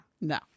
no